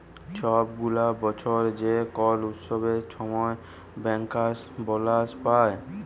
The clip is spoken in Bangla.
ছব গুলা বসর যে কল উৎসবের সময় ব্যাংকার্সরা বলাস পায়